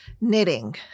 Knitting